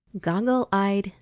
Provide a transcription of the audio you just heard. Goggle-eyed